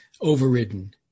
overridden